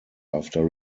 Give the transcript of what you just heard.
after